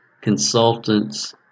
consultants